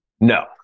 No